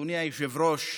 אדוני היושב-ראש,